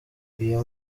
iyo